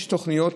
יש תוכניות.